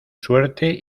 suerte